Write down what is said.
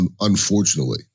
unfortunately